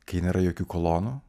kai nėra jokių kolonų